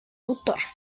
autor